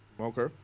Okay